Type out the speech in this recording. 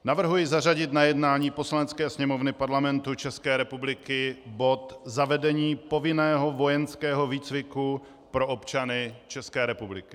Navrhuji zařadit na jednání Poslanecké sněmovny Parlamentu České republiky bod zavedení povinného vojenského výcviku pro občany České republiky.